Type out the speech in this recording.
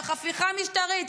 הפיכה משטרית,